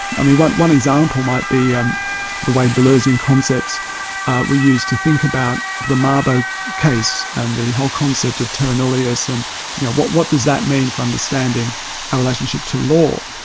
i mean one one example might be um the way deleuzean concepts were used to think about the mabo case and the whole concept of terra nullius and you know what what does that mean from understanding our relationship to law.